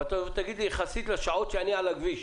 אבל אתה תבוא ותגיד לי: יחסית לשעות שאני על הכביש.